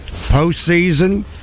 postseason